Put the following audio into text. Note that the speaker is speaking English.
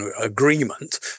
agreement